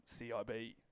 CIB